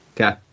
Okay